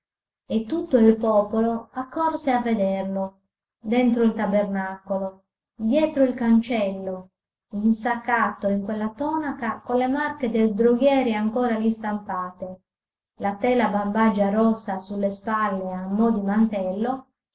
e tutto un popolo accorse a vederlo dentro il tabernacolo dietro il cancello insaccato in quella tonaca con le marche del droghiere ancora lì stampate la tela bambagia rossa su le spalle a mo di mantello